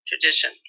tradition